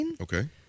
Okay